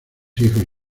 hijos